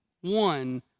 one